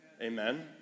Amen